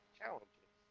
challenges